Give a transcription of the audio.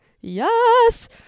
Yes